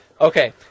Okay